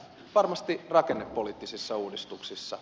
varmasti rakennepoliittisissa uudistuksissa